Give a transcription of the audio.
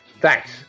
Thanks